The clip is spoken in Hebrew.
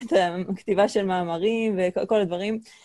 כתיבה של מאמרים וכל הדברים.